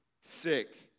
sick